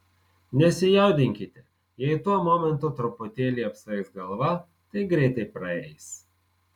nesijaudinkite jei tuo momentu truputėlį apsvaigs galva tai greitai praeis